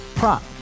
Prop